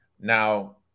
Now